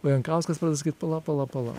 o jankauskas pradeda sakyt pala pala pala